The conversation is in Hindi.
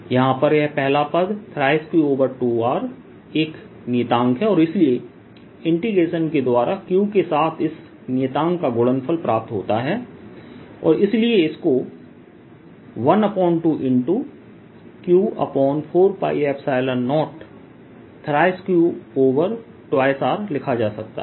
यहां पर यह पहला पद 3Q2R एक नियतांक है और इसलिए इंटीग्रेशन के द्वारा Q के साथ इस नियतांक का गुणनफल प्राप्त होता है और इसलिए इसको 12Q4π03Q2R लिखा जा सकता है